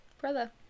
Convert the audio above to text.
Brother